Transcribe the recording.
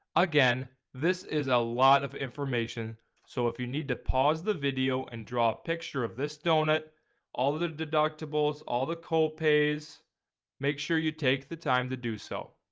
again this is a lot of information so if you need to pause the video and draw a picture of this doughnut all the the deductibles all the co-pays make sure you take the time to do so.